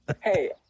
Hey